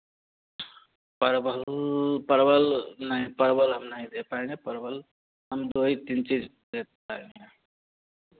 परवल परवल नहीं परवल हम नहीं दे पाएँगे परवल हम दो ही तीन चीज़ दे पाएँगे